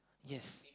yes